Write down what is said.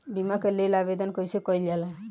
बीमा के लेल आवेदन कैसे कयील जाइ?